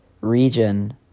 region